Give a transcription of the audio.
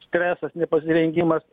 stresas nepasirengimas